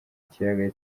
ikiyaga